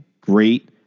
great